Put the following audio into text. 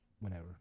whenever